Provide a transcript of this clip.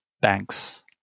banks